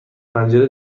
پنجره